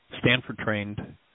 Stanford-trained